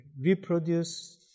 reproduce